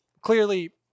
clearly